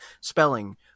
spelling